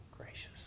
gracious